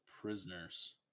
Prisoners